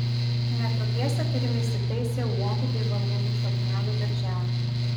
netoliese turime įsitaisę uogų bei valgomų šaknelių darželį